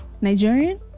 Nigerian